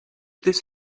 this